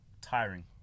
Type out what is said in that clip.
tiring